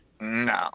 No